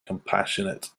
compassionate